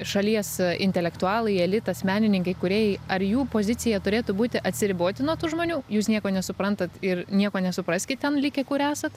šalies intelektualai elitas menininkai kūrėjai ar jų pozicija turėtų būti atsiriboti nuo tų žmonių jūs nieko nesuprantat ir nieko nesupraskit ten likę kur esat